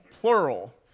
plural